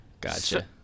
Gotcha